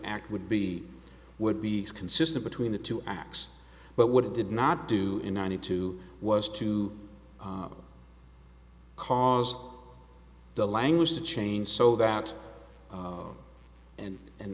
act would be would be consistent between the two acts but what it did not do in ninety two was to cause the language to change so that and an